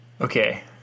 Okay